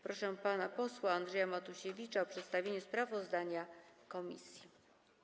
Proszę pana posła Andrzeja Matusiewicza o przedstawienie sprawozdania komisji.